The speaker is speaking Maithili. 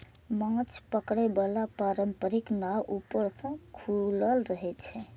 माछ पकड़े बला पारंपरिक नाव ऊपर सं खुजल रहै छै